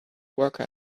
worker